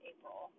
April